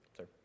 Sir